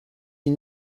ils